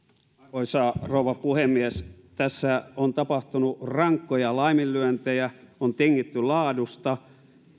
arvoisa rouva puhemies tässä on tapahtunut rankkoja laiminlyöntejä on tingitty laadusta